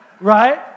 right